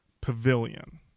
Pavilion